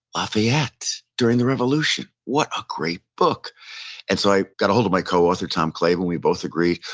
lafayette during the revolution, what a great book and so i got ahold of my co-author, tom clavin, we both agree,